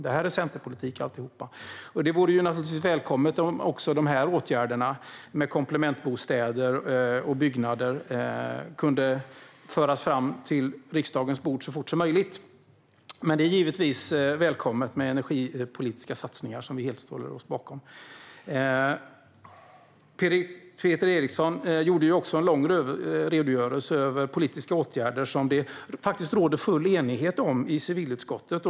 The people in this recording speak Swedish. Allt detta är centerpolitik, och det vore välkommet om dessa åtgärder gällande komplementbostäder och komplementbyggnader kunde föras fram till riksdagens bord så fort som möjligt. Men det är givetvis välkommet med energipolitiska satsningar som vi helt ställer oss bakom. Peter Eriksson gav en lång redogörelse för politiska åtgärder som det faktiskt råder full enighet om i civilutskottet.